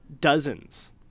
Dozens